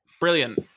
Brilliant